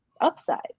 upside